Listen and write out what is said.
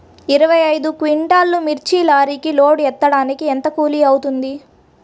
ఇరవై ఐదు క్వింటాల్లు మిర్చి లారీకి లోడ్ ఎత్తడానికి ఎంత కూలి అవుతుంది?